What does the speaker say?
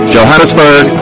Johannesburg